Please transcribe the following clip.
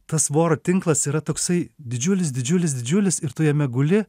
tas voro tinklas yra toksai didžiulis didžiulis didžiulis ir tu jame guli